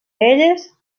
elles